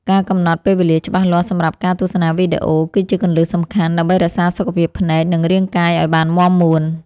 ការកំណត់ពេលវេលាច្បាស់លាស់សម្រាប់ការទស្សនាវីដេអូគឺជាគន្លឹះសំខាន់ដើម្បីរក្សាសុខភាពភ្នែកនិងរាងកាយឱ្យបានមាំមួន។